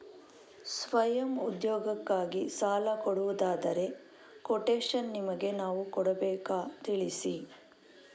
ಸ್ವಯಂ ಉದ್ಯೋಗಕ್ಕಾಗಿ ಸಾಲ ಕೊಡುವುದಾದರೆ ಕೊಟೇಶನ್ ನಿಮಗೆ ನಾವು ಕೊಡಬೇಕಾ ತಿಳಿಸಿ?